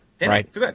right